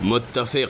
متفق